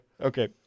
Okay